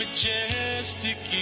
Majestic